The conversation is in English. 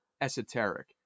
esoteric